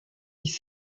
dix